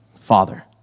Father